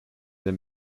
him